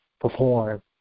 perform